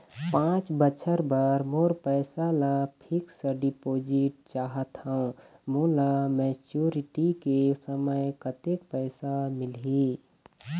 पांच बछर बर मोर पैसा ला फिक्स डिपोजिट चाहत हंव, मोला मैच्योरिटी के समय कतेक पैसा मिल ही?